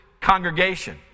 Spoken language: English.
congregation